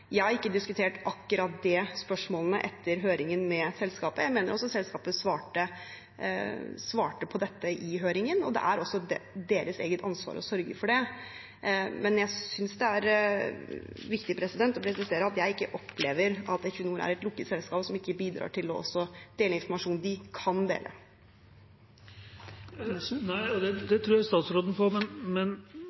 Jeg har ikke diskutert akkurat de spørsmålene etter høringen med selskapet. Jeg mener selskapet svarte på dette i høringen, og det er også deres eget ansvar å sørge for det. Men jeg synes det er viktig å presisere at jeg ikke opplever at Equinor er et lukket selskap som ikke bidrar til å dele informasjon de kan dele. Det tror jeg statsråden på, men